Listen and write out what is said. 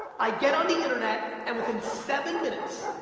i get on the internet, and within seven minutes,